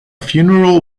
funeral